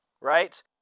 right